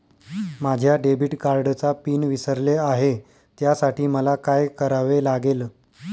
माझ्या डेबिट कार्डचा पिन विसरले आहे त्यासाठी मला काय करावे लागेल?